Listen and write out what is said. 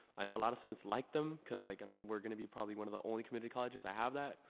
i know a lot of students like them cause, like, i mean we're gonna be probably one of the only community colleges that have that,